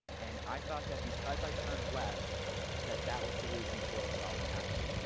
and i thought that because i turned left that that was the reason the girls saw what happened,